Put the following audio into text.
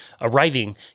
arriving